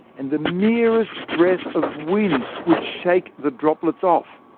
and the merest breath of wind would shake the droplets off.